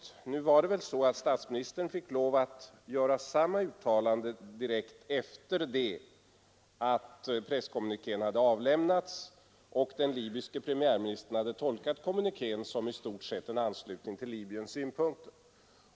Men nu var det ju så att statsministern fick lov att göra samma uttalande direkt efter det att presskommunikén hade avlämnats, och den libyske premiärministern hade tolkat kommunikén som i stort sett en anslutning till Libyens synpunkter.